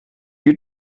you